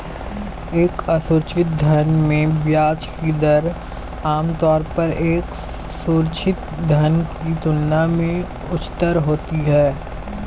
एक असुरक्षित ऋण में ब्याज की दर आमतौर पर एक सुरक्षित ऋण की तुलना में उच्चतर होती है?